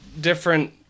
different